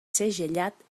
segellat